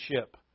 ship